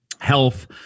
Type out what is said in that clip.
health